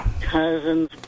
cousins